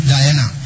Diana